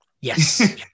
Yes